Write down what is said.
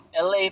LA